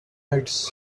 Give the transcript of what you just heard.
nights